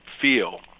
feel